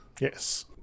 yes